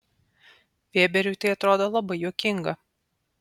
vėberiui tai atrodo labai juokinga